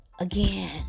again